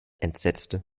entsetzte